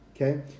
Okay